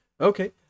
Okay